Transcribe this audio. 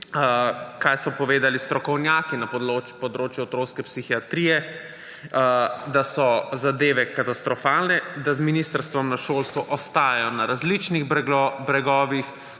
kaj so povedali strokovnjaki na področju otroške psihiatrije, da so zadeve katastrofalne, da z ministrstvom za šolstvo ostajajo na različnih bregovih,